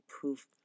proof